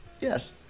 Yes